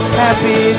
happy